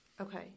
Okay